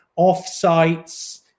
off-sites